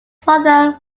father